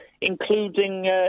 including